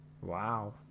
wow